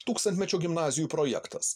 tūkstantmečio gimnazijų projektas